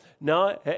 No